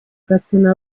gatuna